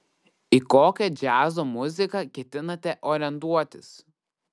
į kokią džiazo muziką ketinate orientuotis